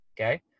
okay